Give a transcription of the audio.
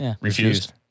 Refused